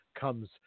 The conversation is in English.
comes